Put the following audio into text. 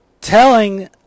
telling